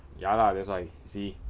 ya lah that's why you see